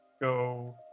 go